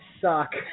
suck